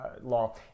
law